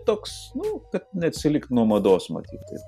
toks nu kad neatsilik nuo mados matytit